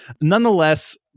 nonetheless